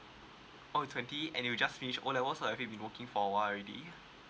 oh twenty and you just finish O level so been working for a while already